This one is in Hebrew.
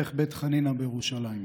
בדרך בית חנינא בירושלים.